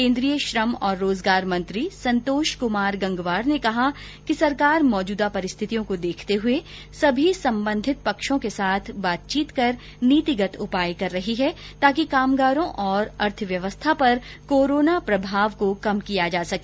केन्द्रीय श्रम और रोजगार मंत्री संतोष कमार गंगवार ने कहा कि सरकार मौजूदा परिस्थितियों को देखते हुए सभी संबधित पक्षों के साथ बातचीत कर नीतिगत उपाय कर रही है ताकि कामगारों और अर्थव्यवस्था पर कोरोना प्रभाव को कम किया जा सके